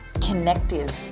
connective